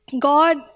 God